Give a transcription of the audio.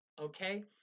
okay